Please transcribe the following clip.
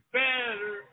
better